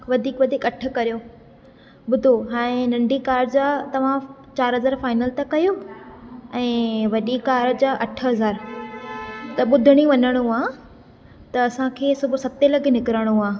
वधीक वधीक अठ करियो ॿुधो हाणे नंढी कार जा तव्हां चारि हज़ार फाइनल त कयो ऐं वॾी कार जा अठ हज़ार त ॿुधरु ई वञिणो आहे त असांखे सुबुह सत लॻे निकिरणो आहे